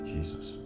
Jesus